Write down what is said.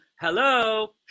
hello